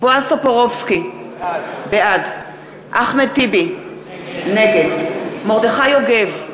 בועז טופורובסקי, בעד אחמד טיבי, נגד מרדכי יוגב,